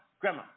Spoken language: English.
grandma